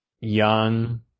young